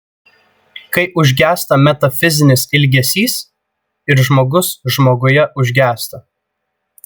kai užgęsta metafizinis ilgesys ir žmogus žmoguje užgęsta